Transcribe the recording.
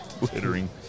Littering